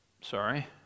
sorry